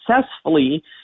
successfully